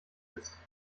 ist